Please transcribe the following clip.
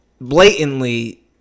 blatantly